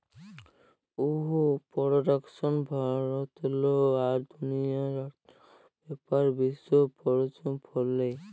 would পরডাকশল ভারতেল্লে আর দুনিয়াল্লে অথ্থলৈতিক ব্যাপারে বিশেষ পরভাব ফ্যালে